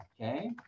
okay